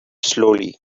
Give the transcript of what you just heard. slowly